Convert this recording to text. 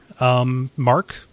mark